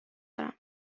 دارم